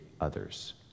others